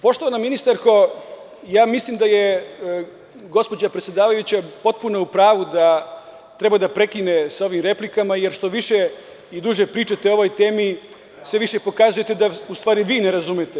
Poštovana ministarko, mislim da je gospođa predsedavajuća potpuno u pravu da treba da prekine sa ovim replikama, jer što više i duže pričate o ovoj temi, sve više pokazujete da u stvari vi ne razumete.